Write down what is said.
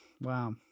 Wow